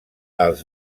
els